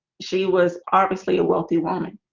she was obviously a wealthy woman